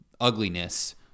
ugliness